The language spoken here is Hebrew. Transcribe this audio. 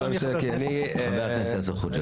חבר הכנסת חוג'ירתאת.